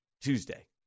Tuesday